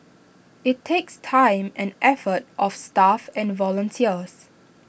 IT takes time and effort of staff and volunteers